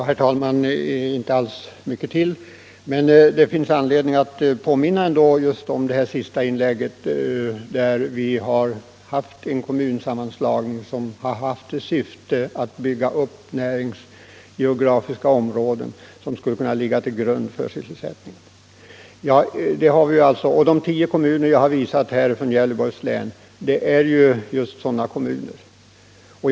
Herr talman! Jag skall inte säga mycket till, men det finns efter det senaste inlägget ändå anledning att påminna om den kommunsammanslagning som skett och som haft till syfte att bygga upp näringsgeografiska områden som skulle kunna ligga till grund för sysselsättningen. De tio kommuner inom Gävleborgs län som jag hänvisat till är just sådana 143 kommuner som det här gäller.